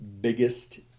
biggest